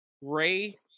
Ray